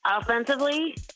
Offensively